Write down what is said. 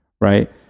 right